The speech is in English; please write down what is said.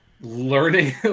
learning